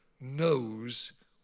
knows